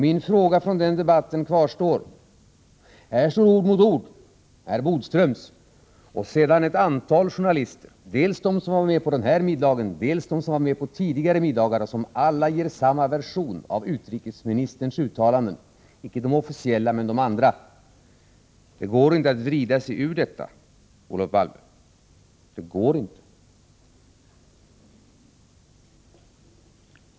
Min fråga kvarstår därför. Här står ord mot ord, herr Bodströms och ett antal journalisters. Dels gäller det de journalister som var med på den ifrågavarande middagen, dels de som var med vid tidigare middagar: alla dessa journalister ger samma version av utrikesministerns uttalanden, icke de officiella men de andra. Det går inte att vrida sig undan detta, Olof Palme.